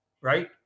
right